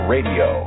Radio